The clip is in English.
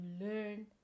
learn